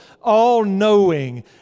all-knowing